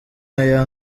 aya